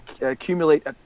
accumulate